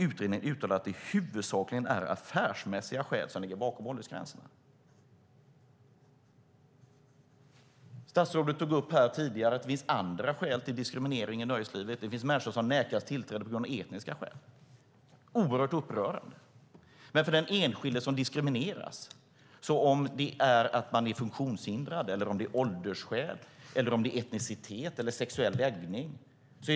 Utredningen uttalar att det huvudsakligen är affärsmässiga skäl som ligger bakom åldersgränserna. Statsrådet tog tidigare upp att det finns andra skäl till diskriminering i nöjeslivet. Det finns människor som nekas tillträde av etniska skäl. Det är oerhört upprörande, men för den enskilde som diskrimineras är det lika upprörande om det beror på funktionshinder, ålder, etnicitet eller sexuell läggning.